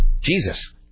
Jesus